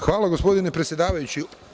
Hvala, gospodine predsedavajući.